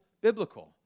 biblical